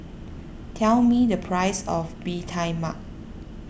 tell me the price of Bee Tai Mak